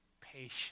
Patience